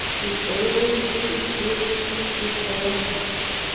we always see clearly with our hearts.